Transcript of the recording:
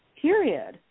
period